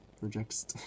rejects